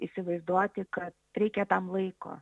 įsivaizduoti kad reikia tam laiko